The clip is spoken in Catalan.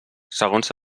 segons